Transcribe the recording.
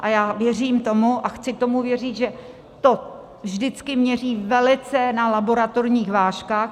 A já věřím tomu a chci tomu věřit, že to vždycky měří velice na laboratorních vážkách.